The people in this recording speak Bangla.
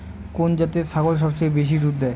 কোন জাতের ছাগল সবচেয়ে বেশি দুধ দেয়?